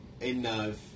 Enough